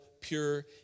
pure